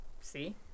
See